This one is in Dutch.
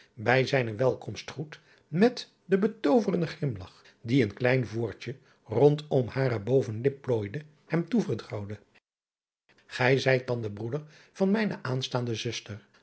bij zijnen welkomstgroet met den betooverenden grimlach die een klein voortje rondom hare bovenlip plooide hem toevoerde ij zijt dan de broeder van mijne aanstaande zuster